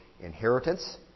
inheritance